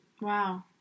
Wow